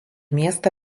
miestą